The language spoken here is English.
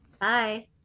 Bye